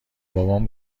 بابام